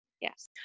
Yes